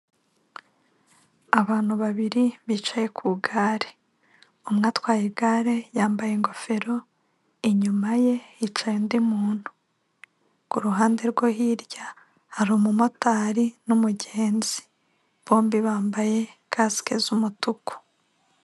Abantu babiri bicaye ku igare, umwe atwaye igare yambaye ingofero, inyuma ye hicaye undi muntu, ku ruhande rwe hirya hari umumotari n'umugenzi, bombi bambaye kasike z'umutuku.